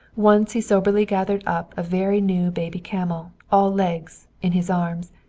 once he soberly gathered up a very new baby camel, all legs, in his arms,